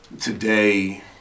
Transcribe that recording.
today